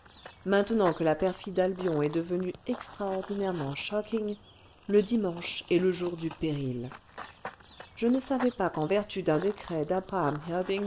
maintenant que la perfide albion est devenue extraordinairement shocking le dimanche est le jour du péril je ne savais pas qu'en vertu d'un décret d'abraham